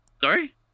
Sorry